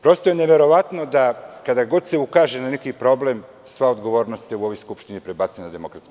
Prosto je neverovatno da kada god se ukaže na neki problem, sva odgovornost se u ovoj Skupštini prebacuje na DS.